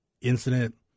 incident